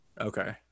Okay